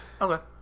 Okay